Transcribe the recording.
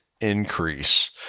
increase